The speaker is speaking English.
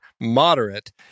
moderate